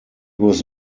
was